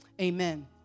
Amen